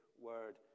word